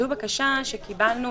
זו בקשה שקיבלנו,